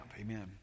amen